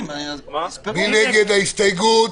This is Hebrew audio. ההסתייגות